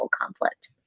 conflict